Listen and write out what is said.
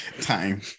Time